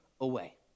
away